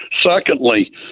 Secondly